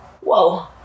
Whoa